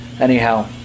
Anyhow